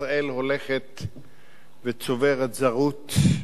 ישראל הולכת וצוברת זרות,